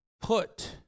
put